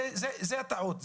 זה הטעות.